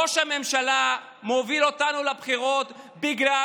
ראש הממשלה מוביל אותנו לבחירות בגלל